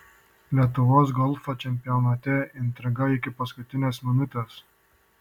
lietuvos golfo čempionate intriga iki paskutinės minutės